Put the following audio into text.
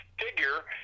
figure